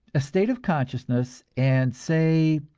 a state of consciousness and say,